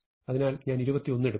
അതിനാൽ ഞാൻ 21 എടുക്കും